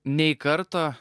nei karto